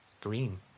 Green